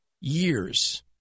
years